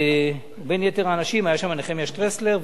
בין יתר האנשים היה שם נחמיה שטרסלר,